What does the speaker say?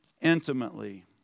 intimately